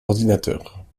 ordinateurs